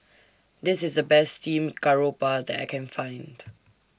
This IS The Best Steamed Garoupa that I Can Find